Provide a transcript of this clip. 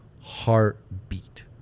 heartbeat